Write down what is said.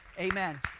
amen